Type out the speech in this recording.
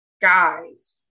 guys